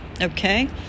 Okay